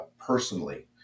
personally